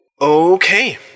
Okay